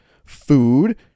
food